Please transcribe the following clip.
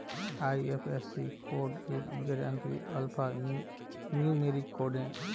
IFSC code एक ग्यारह अंकीय अल्फा न्यूमेरिक कोड है